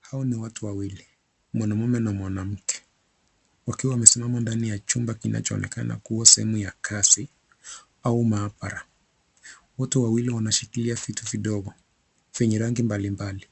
Hao ni watu wawili, mwanamume na mwanamke, wakiwa wamesimama ndani ya chumba kinachoonekana kuwa sehemu ya kazi au mahabara. Watu wawili wanashikilia vitu vidogo, vyenye rangi mbalimbali,